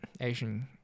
Asian